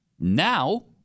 Now